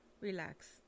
relax